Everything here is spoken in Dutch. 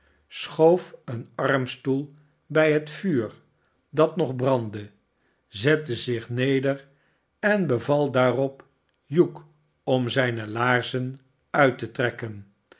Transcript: schoof een armstoel bij het vuur dat nog brandde zette zich neder en beval daarop hugh om zijne laarzen uit te trekken